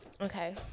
okay